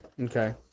Okay